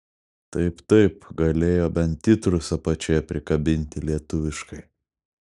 taip taip galėjo bent titrus apačioje prikabinti lietuviškai